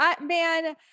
Man